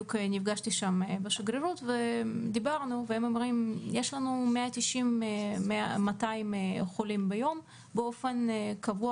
נפגשתי שם עם השגרירות והם אומרים שיש להם 200 חולים ביום באופן קבוע,